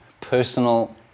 personal